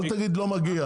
אל תגיד לא מגיע.